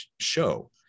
show